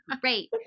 great